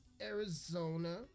Arizona